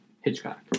Hitchcock